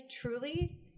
truly